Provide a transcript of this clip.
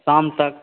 शाम तक